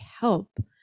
help